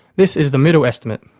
this is the middle estimate.